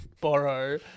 borrow